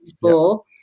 four